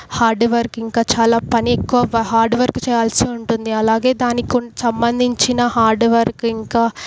hard work ఇంకా చాలా పని ఎక్కువ వ హార్డ్ వర్క్ చేయాల్సి ఉంటుంది అలాగే దానికి కున్ సంబంధించిన హార్డ్ వర్క్ ఇంకా